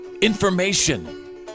information